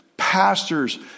pastors